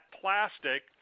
plastic